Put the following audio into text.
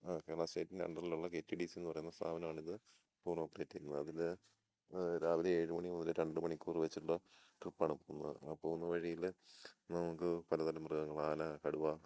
കേരള സ്റ്റേറ്റിൻ്റെ അണ്ടറിലുള്ള K T D C എന്നു പറയുന്ന സ്ഥാപനമാണ് ഇത് ടൂർ ഓപ്പറേറ്റ് ചെയ്തിരുന്നത് അതിൽ രാവിലെ ഏഴ് മണി മുതൽ രണ്ട് മണിക്കൂർ വച്ചുള്ള ട്രിപ്പ് ആണ് പോകുന്നത് ആ പോകുന്ന വഴിയിൽ നമുക്ക് പലതരം മൃഗങ്ങൾ ആന കടുവ